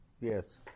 Yes